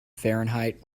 fahrenheit